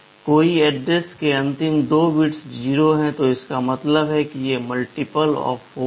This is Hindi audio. कोई एड्रेस के अंतिम दो बिट्स 0 है तो इसका मतलब है की ये मल्टीप्ल ऑफ़ 4 है